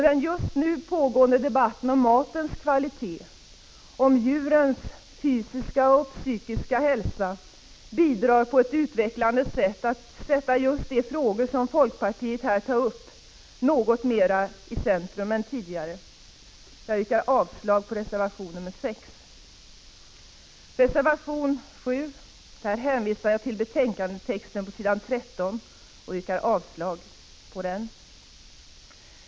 Den just nu pågående debatten om matens kvalitet och om djurens fysiska och psykiska hälsa bidrar på ett utvecklande vis till att sätta de frågor som folkpartiet tar upp något mera i centrum än tidigare. Jag yrkar avslag på reservation 6. Beträffande reservation 7 hänvisar jag till texten i betänkandet på s. 13 och 175 yrkar avslag på den reservationen.